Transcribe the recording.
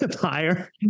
higher